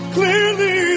Clearly